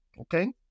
Okay